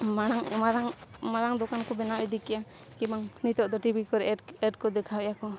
ᱢᱟᱨᱟᱝ ᱢᱟᱨᱟᱝ ᱢᱟᱨᱟᱝ ᱫᱚᱠᱟᱱ ᱠᱚ ᱵᱮᱱᱟᱣ ᱤᱫᱤ ᱠᱮᱭᱟ ᱠᱤᱢᱵᱟ ᱱᱤᱛᱳᱜ ᱫᱚ ᱴᱤᱵᱷᱤ ᱠᱚᱨᱮ ᱮᱰ ᱮᱰ ᱠᱚ ᱫᱮᱠᱷᱟᱣᱮᱜᱼᱟ ᱠᱚ